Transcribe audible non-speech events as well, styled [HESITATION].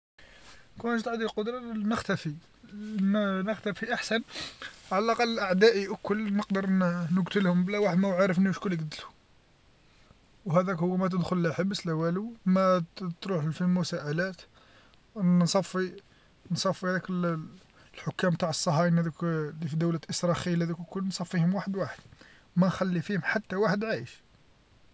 لوكان جات عندي القدره نختفي ن-نختفي أحسن على الأقل أعدائي لكل نقدر ن-نقتلهم بلا واحد ما هو عارفني شكون اللي قتلو وهداك هو ما تدخل لا حبس لا والو ما تروح فالمساءلات نصفي نصفي لك الحكام نتاع الصهاينة هادوك [HESITATION] اللي في دولة إسراخيل الكل نصفيهم واحد واحد ما نخلي فيهم حتى واحد عايش.